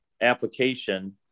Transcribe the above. application